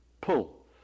pull